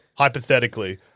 Hypothetically